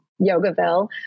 yogaville